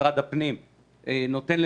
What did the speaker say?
משרד החינוך בא ואומר לי: